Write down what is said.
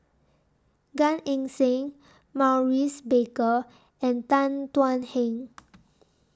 Gan Eng Seng Maurice Baker and Tan Thuan Heng